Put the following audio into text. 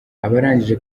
abarangije